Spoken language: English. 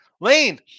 Lane